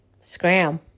Scram